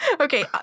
Okay